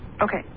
Okay